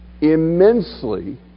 immensely